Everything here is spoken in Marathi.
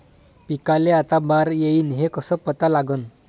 पिकाले आता बार येईन हे कसं पता लागन?